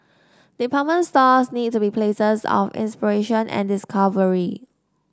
department stores need to be places of inspiration and discovery